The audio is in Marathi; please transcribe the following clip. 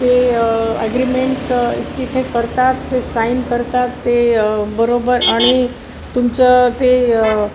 ते ॲग्रीमेंट तिथे करतात ते साईन करतात ते बरोबर आणि तुमचं ते